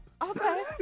Okay